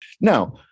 Now